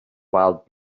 wild